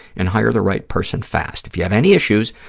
and hire the right person fast. if you have any issues,